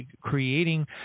creating